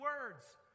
words